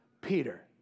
Peter